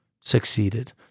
succeeded